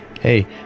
hey